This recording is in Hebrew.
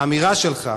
האמירה שלך,